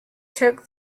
took